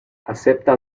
acepta